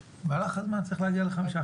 במהלך הזמן צריך להגיע לחמישה.